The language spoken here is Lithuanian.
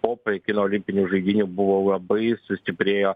po pekino olimpinių žaidynių buvo labai sustiprėjo